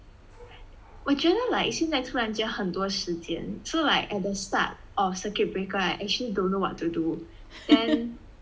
我觉得 like 现在突然间很多时间 so like at the start of circuit breaker I actually don't know what to do then